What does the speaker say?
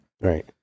Right